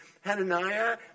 Hananiah